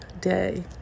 day